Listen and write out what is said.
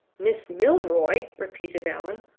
miss milroy! repeated allan.